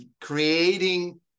creating